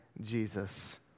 Jesus